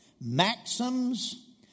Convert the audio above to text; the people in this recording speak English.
maxims